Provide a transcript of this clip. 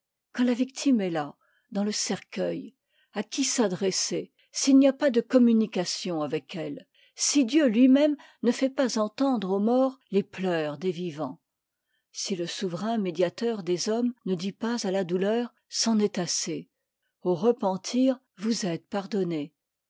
quand la victime est là dans le cercueil à qui s'adresser s'il n'y a pas de communication avec elle si dieu lui-même ne fait pas entendre aux morts les pleurs des vivants si le souverain médiateur des hommes ne dit pas à la douleur c'en est assez au repentir vous êtes pardonné